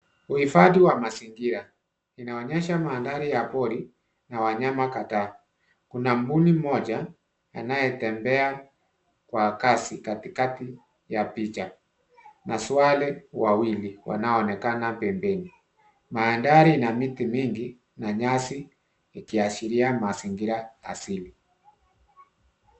Uhifadhi wa mazingira. Inaonyesha mandhari ya pori na wanyama kadhaa. Kuna mbuni mmoja anayetembea kwa kasi katikati ya picha na sware wawili wanaonekana pembeni. Mandhari na miti mingi na nyasi ikiashiria mazingira asili.